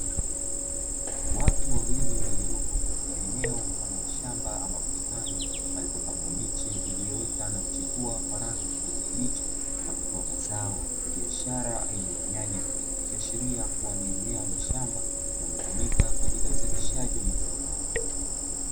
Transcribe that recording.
Watu wawili waliopo katika eneo mfano wa shamba ama bustani palipopandwa miche iliyoota na kuchipua kwa rangi ya kijani kibichi, na kutoa mazao ya biashara aina ya nyanya ikashiria kuwa ni eneo la shamba linalotumika kwa ajili ya uzalishaji wa mazao hayo.